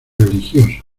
religioso